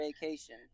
Vacation